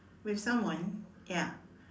with someone ya